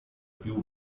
più